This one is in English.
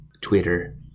Twitter